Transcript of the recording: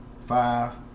Five